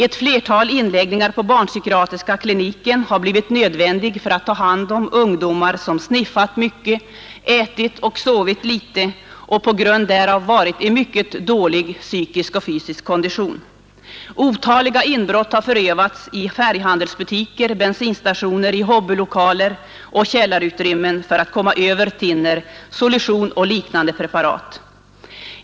Ett flertal inläggningar på barnpsykiatriska kliniken har blivit nödvändiga för att ta hand om ungdomar som sniffat mycket men ätit och sovit litet och på grund därav varit i mycket dålig psykisk och fysisk kondition. Otaliga inbrott har förövats i färghandelsbutiker och bensinstationer, i hobbylokaler och källarutrymmen för att komma över thinner, solution och liknande preparat.